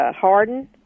harden